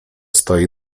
stoi